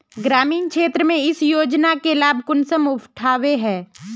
ग्रामीण क्षेत्र में इस योजना के लाभ कुंसम उठावे है?